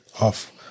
off